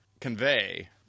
convey